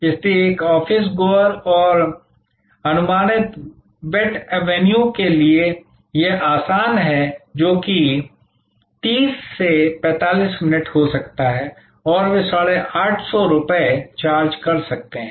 इसलिए एक office goer और अनुमानित वेट एवेन्यू के लिए यह आसान है जो कि 30 से 45 मिनट का हो सकता है और वे 850 रुपये चार्ज कर सकते हैं